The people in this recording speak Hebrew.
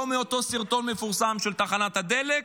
לא מאותו סרטון מפורסם של תחנת הדלק,